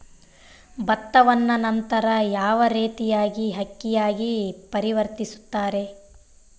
ಭತ್ತವನ್ನ ನಂತರ ಯಾವ ರೇತಿಯಾಗಿ ಅಕ್ಕಿಯಾಗಿ ಪರಿವರ್ತಿಸುತ್ತಾರೆ?